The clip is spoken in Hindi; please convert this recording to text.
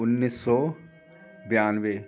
उन्नीस सौ बयानवे